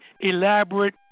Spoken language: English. elaborate